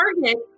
target